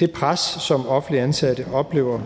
Det pres, som offentligt ansatte oplever,